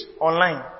online